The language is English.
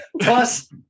Plus